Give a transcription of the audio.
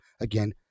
again